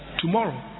tomorrow